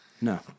No